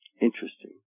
Interesting